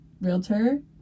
realtor